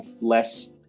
less